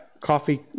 Coffee